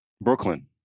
Brooklyn